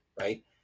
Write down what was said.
right